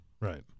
Right